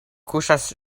kuŝas